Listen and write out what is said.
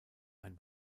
ein